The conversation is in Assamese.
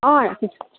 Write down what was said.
অঁ ৰাখিছোঁ